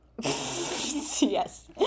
Yes